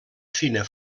fina